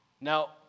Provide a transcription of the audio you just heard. Now